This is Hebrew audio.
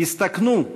הסתכנו,